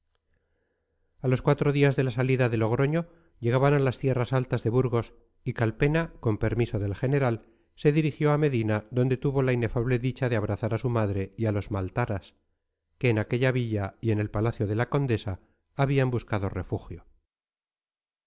a los cuatro días de la salida de logroño llegaban a las tierras altas de burgos y calpena con permiso del general se dirigió a medina donde tuvo la inefable dicha de abrazar a su madre y a los maltaras que en aquella villa y en el palacio de la condesa habían buscado refugio